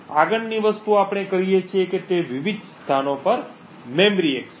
આગળની વસ્તુ આપણે કરીએ છીએ તે છે વિવિધ સ્થાનો પર મેમરી એક્સેસ